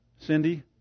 Cindy